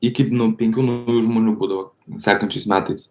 iki penkių naujų žmonių būdavo sekančiais metais